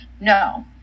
no